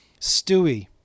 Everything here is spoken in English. Stewie